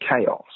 chaos